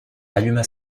alluma